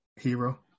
hero